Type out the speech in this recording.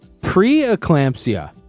preeclampsia